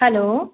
hello